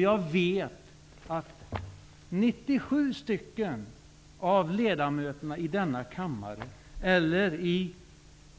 Jag vet att 97 stycken av dem som finns upptagna i riksdagens